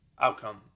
outcome